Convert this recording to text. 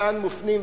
לאן הם מופנים,